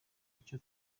icyo